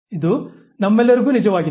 ಇದು ನಮ್ಮೆಲ್ಲರಿಗೂ ನಿಜವಾಗಿದೆ